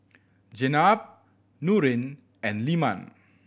Jenab Nurin and Leman